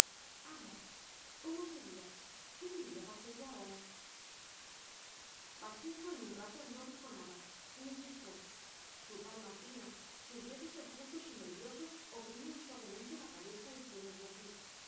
a ver cómo sería qué diría pacheco ahora pacheco en un rato no dijo nada ni chistó su palma fina sus dedos enjutos y nerviosos oprimían suavemente la cabeza y sienes de asís